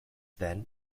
then